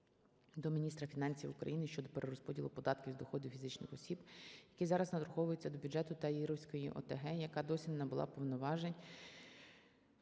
до міністра фінансів України щодо перерозподілу податку з доходів фізичних осіб, який зараховується до бюджетуТаїровської ОТГ, яка досі не набула повноважень,